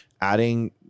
adding